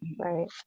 right